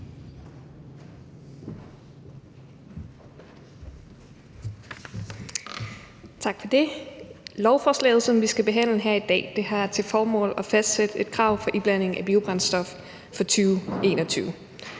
Tak for det. Lovforslaget, som vi skal behandle her i dag, har til formål at fastsætte et krav for iblanding af biobrændstof for 2021.